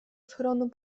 schronu